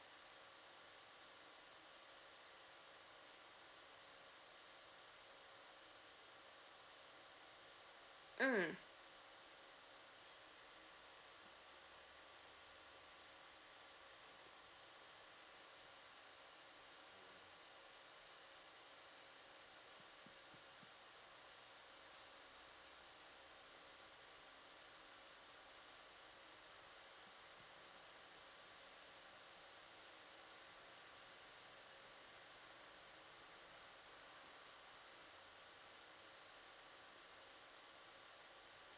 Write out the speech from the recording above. mm